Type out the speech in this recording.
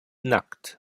nackt